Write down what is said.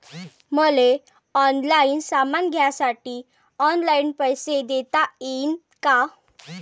मले ऑनलाईन सामान घ्यासाठी ऑनलाईन पैसे देता येईन का?